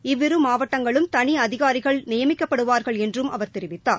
இவ்விரு மாவட்டங்களுக்கும் தனி அதிகாரிகள் நியமிக்கப்படுவார்கள் என்றும் அவர் தெரிவித்தார்